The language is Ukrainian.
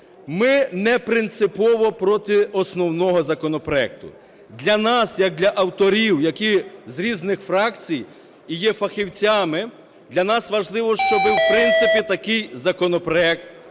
Ми не принципово проти основного законопроекту. Для нас як для авторів, які з різних фракцій і є фахівцями, для нас важливо, щоб в принципі такий законопроект був,